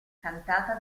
cantata